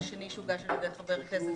ואחרי זה נבקש מהיועץ המשפטי